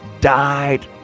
died